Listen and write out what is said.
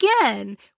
again